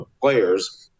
players